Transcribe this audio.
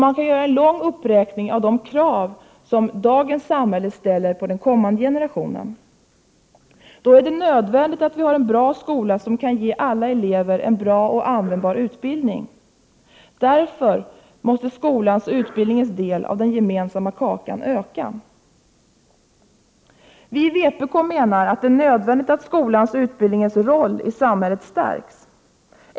Man kan göra en lång uppräkning av de krav som dagens samhälle ställer på den kommande generationen. Då är det nödvändigt att vi har en bra skola som kan ge alla elever en bra och användbar utbildning. Därför måste skolans och utbildningens del av den gemensamma kakan öka. Vi i vpk menar att det är nödvändigt att skolans och utbildningens roll i samhället stärks.